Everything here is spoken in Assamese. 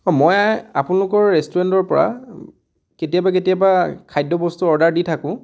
অঁ মই আপোনালোকৰ ৰেষ্টুৰেণ্টৰ পৰা কেতিয়াবা কেতিয়াবা খাদ্য বস্তু অৰ্ডাৰ দি থাকোঁ